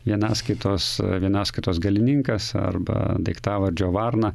vienaskaitos vienaskaitos galininkas arba daiktavardžio varna